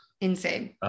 Insane